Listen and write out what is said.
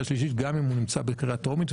שלישית גם אם הוא נמצא בקריאה טרומית,